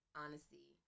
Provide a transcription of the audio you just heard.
honesty